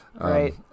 Right